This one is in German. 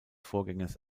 vorgängers